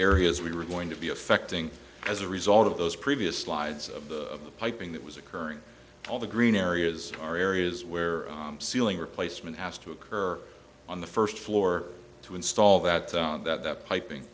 areas we were going to be affecting as a result of those previous slides of the of the piping that was occurring all the green areas are areas where ceiling replacement has to occur on the first floor to install that's on that piping